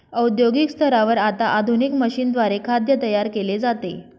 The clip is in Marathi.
औद्योगिक स्तरावर आता आधुनिक मशीनद्वारे खाद्य तयार केले जाते